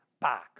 back